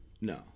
No